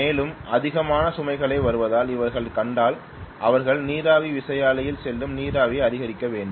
மேலும் அதிகமான சுமைகள் வருவதை அவர்கள் கண்டால் அவர்கள் நீராவி விசையாழியில் செல்லும் நீராவியைக் அதிகரிக்க வேண்டும்